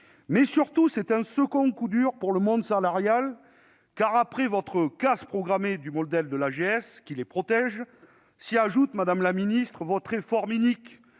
Mais surtout, c'est un second coup dur pour le monde salarial, car à la casse programmée du modèle de l'AGS s'ajoute, madame la ministre, votre réforme inique